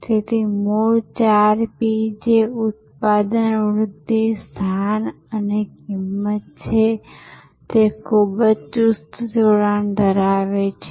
તેથી મૂળ ચાર P જે ઉત્પાદનવૃધ્ધિ સ્થાન અને કિંમત છે તે ખૂબ જ ચુસ્ત જોડાણ ધરાવે છે